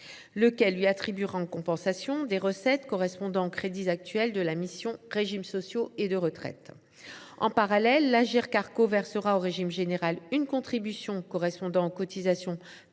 lequel lui attribuera, en compensation, des recettes correspondant aux crédits actuels de la mission « Régimes sociaux et de retraite ». En parallèle, l’Agirc Arrco versera au régime général une contribution correspondant aux cotisations